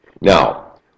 Now